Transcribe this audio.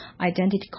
identity